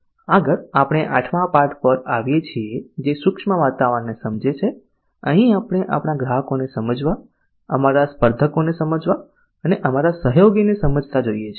આગળ આપણે 8 મા પાઠ પર આવીએ છીએ જે સૂક્ષ્મ વાતાવરણને સમજે છે અહીં આપણે આપણા ગ્રાહકોને સમજવા અમારા સ્પર્ધકોને સમજવા અને અમારા સહયોગીઓને સમજતા જોઈએ છીએ